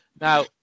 Now